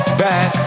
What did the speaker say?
back